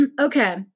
okay